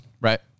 Right